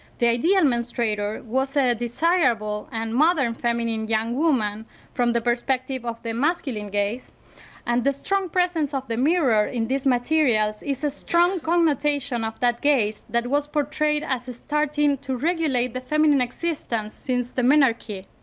the idea menstruator was a desirable and modern feminine young woman from the perspective of the masculine gaze and the strong presence of the mirror in these materials is a strong connotation of that gaze that was portrayed as starting to regulate the feminine existence since the menarche.